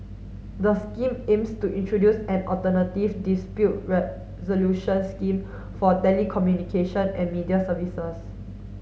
the scheme aims to introduce an alternative dispute resolution scheme for telecommunication and media services